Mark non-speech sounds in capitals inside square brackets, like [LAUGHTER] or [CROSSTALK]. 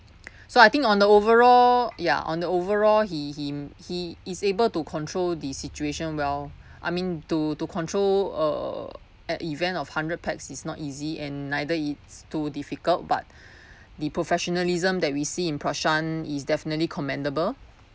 [BREATH] so I think on the overall ya on the overall he him he is able to control the situation well I mean to to control uh at event of hundred pax is not easy and neither it's too difficult but [BREATH] the professionalism that we see in prashan is definitely commendable